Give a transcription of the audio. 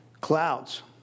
Clouds